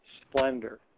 splendor